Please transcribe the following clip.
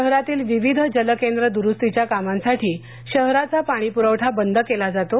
शहरातीलविविध जलकेंद्र दुरुस्तीघ्या कामासाठी शहराचा पाणीप्रवठा बंद केला जातो